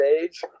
age